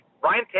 Brian